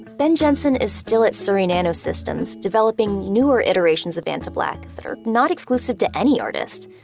ben jensen is still at surrey nanosystems developing newer iterations of vantablack that are not exclusive to any artist,